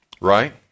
Right